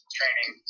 training